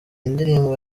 indirimbo